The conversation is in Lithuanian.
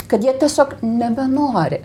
kad jie tiesiog nebenori